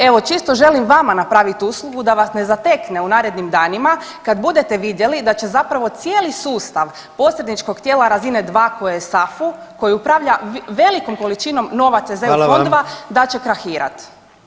Evo čisto želim vama napraviti uslugu da vas ne zatekne u narednim danima kad budete vidjeli da će zapravo cijeli sustav posredničkog tijela razine dva koji je SAFU koji upravlja velikom količinom novaca [[Upadica predsjednik: Hvala vam.]] iz eu fondova da će krahirat.